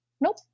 Nope